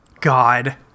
God